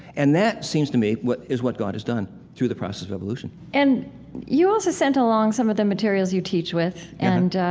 and that seems to me what is what god has done through the process of evolution and you also sent along some of the materials you teach with, and,